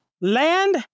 land